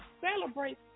celebrate